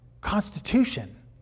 Constitution